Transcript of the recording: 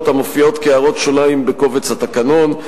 המופיעות כהערות שוליים בקובץ התקנון.